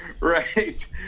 Right